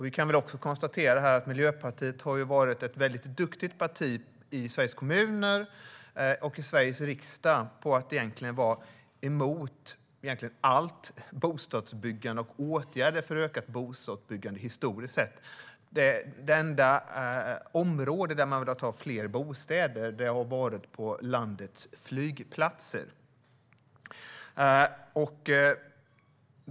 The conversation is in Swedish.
Vi kan också konstatera att Miljöpartiet i Sveriges kommuner och i Sveriges riksdag har varit duktigt på att vara emot allt bostadsbyggande och åtgärder för ökat bostadsbyggande historiskt sett. De enda områden där man har velat ha fler bostäder har varit på landets flygplatser.